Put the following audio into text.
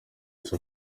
isi